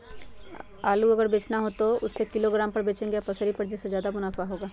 आलू अगर बेचना हो तो हम उससे किलोग्राम पर बचेंगे या पसेरी पर जिससे ज्यादा मुनाफा होगा?